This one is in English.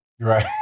Right